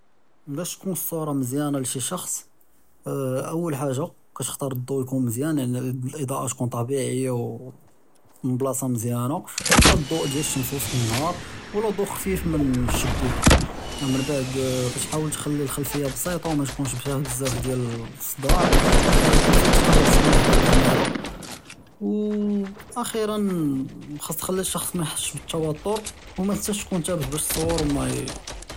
באש תכון צצוּרא מזיאנה לשי שח'ץ אול חאגה כתכּתאר אלדו, יכון מזיאן, אלאדאאַה תכון טבעִעִיה וּמן בלאצע מזיאנה בחאל אלדו דיאל אשמש פי וצט אנהאר, ולא דו חפיף מן אלשבּיכּ, מןבעד כתחאוול תכּ'לי אלח'לפיה בּסיטה וּמתכּונש בזאף דיאל אלצדאע, כתזיד תקרב שויה חדא אלכּאמירא, ואכּ'ירא חאצ תכּ'לי אלשח'ץ מיחסש בּלתותּר וּמתנסאש תכון תאבר באש תצוערו ומאי.